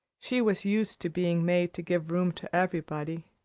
she was used to being made to give room to everybody.